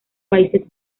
países